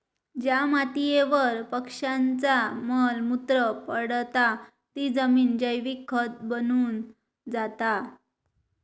ज्या मातीयेवर पक्ष्यांचा मल मूत्र पडता ती जमिन जैविक खत बनून जाता